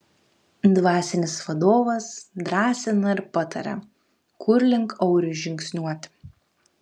dvasinis vadovas drąsina ir pataria kur link auriui žingsniuoti